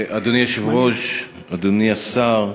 אדוני היושב-ראש, אדוני השר,